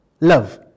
love